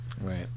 Right